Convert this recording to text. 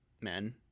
men